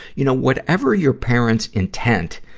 you know, whatever your parents intent,